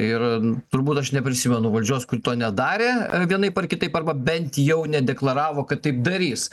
ir turbūt aš neprisimenu valdžios kuri to nedarė vienaip ar kitaip arba bent jau nedeklaravo kad taip darys